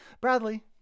Bradley